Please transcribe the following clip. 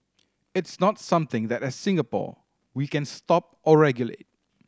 it's not something that as Singapore we can stop or regulate